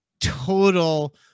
total